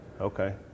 Okay